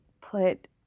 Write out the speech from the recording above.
put